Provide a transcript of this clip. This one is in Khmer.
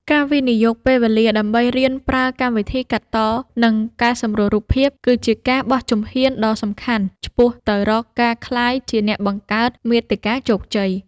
ការវិនិយោគពេលវេលាដើម្បីរៀនប្រើកម្មវិធីកាត់ត និងកែសម្រួលរូបភាព គឺជាការបោះជំហ៊ានដ៏សំខាន់ឆ្ពោះទៅរកការក្លាយជាអ្នកបង្កើតមាតិកាជោគជ័យ។